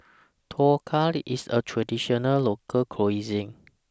Dhokla IS A Traditional Local Cuisine